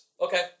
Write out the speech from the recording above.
Okay